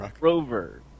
Rover